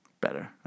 better